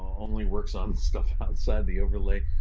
only works on stuff outside the overlay.